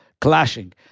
Clashing